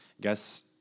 guess